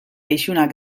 isunak